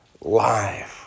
Life